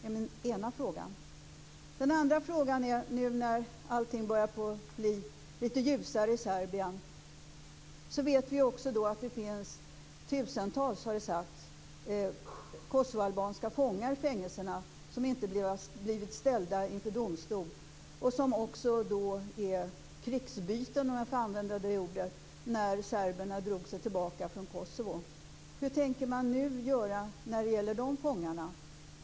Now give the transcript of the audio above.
Det är min ena fråga. När allting nu börjar bli ljusare i Serbien vet vi också att det finns tusentals kosovoalbanska fångar i fängelserna som inte blivit ställda inför domstol och som är krigsbyten, om jag får använda det ordet, när serberna drog sig tillbaka från Kosovo. Hur tänker man nu göra när det gäller de fångarna?